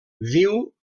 viu